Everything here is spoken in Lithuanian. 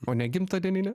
o ne gimtadieninę